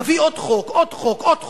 תביא עוד חוק, עוד חוק, עוד חוק,